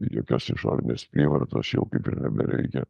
jokios išorinės prievartos jau kaip ir nebereikia